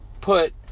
put